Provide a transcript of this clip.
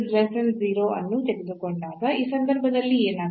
ನಾವು ಈ ಅನ್ನು ತೆಗೆದುಕೊಂಡಾಗ ಈ ಸಂದರ್ಭದಲ್ಲಿ ಏನಾಗುತ್ತದೆ